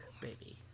baby